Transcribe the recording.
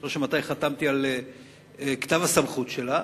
אני זוכר מתי חתמתי על כתב הסמכות שלה,